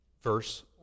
verse